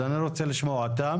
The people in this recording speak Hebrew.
אז אני רוצה לשמוע אותם.